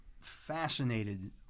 fascinated